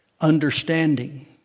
understanding